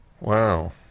Wow